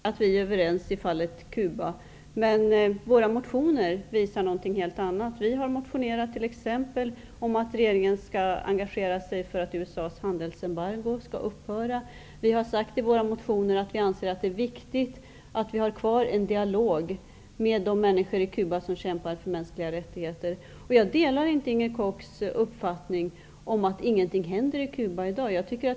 Herr talman! Inger Koch antar att vi är överens i fallet Cuba, men våra motioner visar någonting helt annat. Vi har motionerat t.ex. om att regeringen skall engagera sig för att USA:s handelsembargo skall upphöra. Vi har i våra motioner sagt att vi anser att det är viktigt att vi har kvar en dialog med de människor i Cuba som kämpar för mänskliga rättigheter. Jag delar inte Inger Kochs uppfattning om att ingenting händer i Cuba i dag.